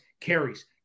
carries